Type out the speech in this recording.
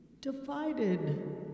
Divided